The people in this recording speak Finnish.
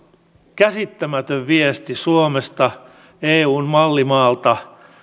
käsittämätön viesti suomesta eun mallimaalta